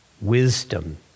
wisdom